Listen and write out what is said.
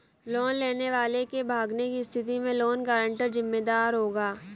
loan लेने वाले के भागने की स्थिति में लोन गारंटर जिम्मेदार होगा